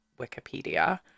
Wikipedia